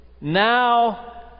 Now